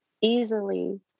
easily